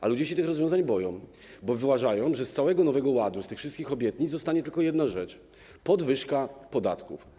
A ludzie się tych rozwiązań boją, bo uważają, że z całego Nowego Ładu, z tych wszystkich obietnic zostanie tylko jedna rzecz: podwyżka podatków.